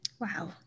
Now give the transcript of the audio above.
Wow